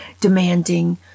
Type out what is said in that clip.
Demanding